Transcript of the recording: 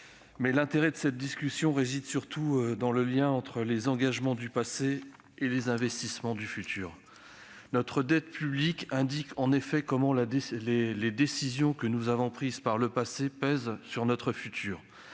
L'intérêt de cette discussion réside surtout dans le lien entre les engagements du passé et les investissements du futur. Notre dette publique montre en effet combien les décisions que nous avons prises par le passé pèsent sur notre futur.